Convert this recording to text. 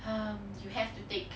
um you have to take